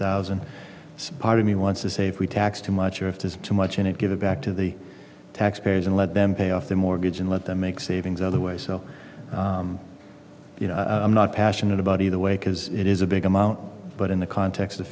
thousand some part of me wants to say if we taxed too much or if there's too much in it give it back to the taxpayers and let them pay off the mortgage and let them make savings otherwise so you know i'm not passionate about either way because it is a big amount but in the context of